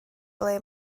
ble